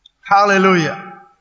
Hallelujah